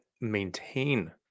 maintain